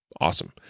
awesome